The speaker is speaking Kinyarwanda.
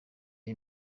iri